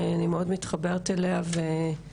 שאני מאוד מתחברת אליה ובאמת,